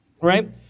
right